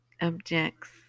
objects